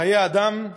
בחיי אדם.